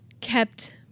kept